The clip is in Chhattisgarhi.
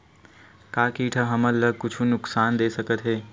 का कीट ह हमन ला कुछु नुकसान दे सकत हे?